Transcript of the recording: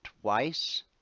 twice